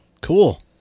Cool